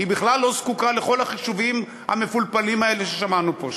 היא בכלל לא זקוקה לכל החישובים המפולפלים האלה ששמענו פה,